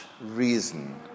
reason